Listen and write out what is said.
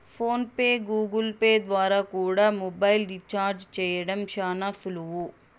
phone pay, Google Pay ద్వారా కూడా mobile recharge చేయడం శానా సులువు